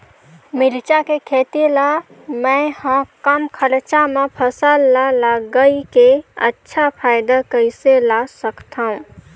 मिरचा के खेती ला मै ह कम खरचा मा फसल ला लगई के अच्छा फायदा कइसे ला सकथव?